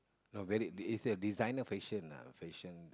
no very it's a designer fashion lah fashion